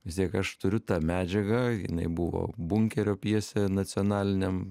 vis tiek aš turiu tą medžiagą jinai buvo bunkerio pjesė nacionaliniam